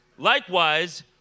Likewise